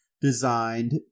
designed